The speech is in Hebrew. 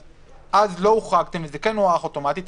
אז לא הוחרגתם וזה כן הוארך אוטומטית.